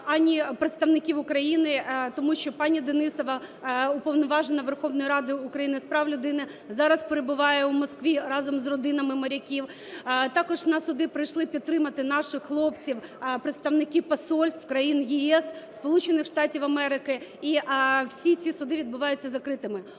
ані представників України, тому що пані Денисова, Уповноважена Верховної Ради України з прав людини, зараз перебуває в Москві разом з родинами моряків, також на суди прийшли підтримати наших хлопців представники посольств країн ЄС, Сполучених Штатів Америки. І всі ці суди відбуваються закритими.